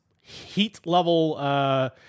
heat-level